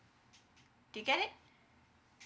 do you get it